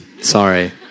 Sorry